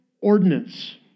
ordinance